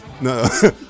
No